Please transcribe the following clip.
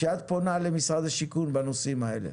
כשאת פונה למשרד השיכון בנושאים האלה?